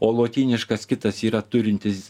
o lotyniškas kitas yra turintis